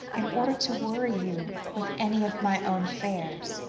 in order to worry you with any of my own affairs.